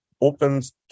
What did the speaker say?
opens